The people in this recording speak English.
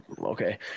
Okay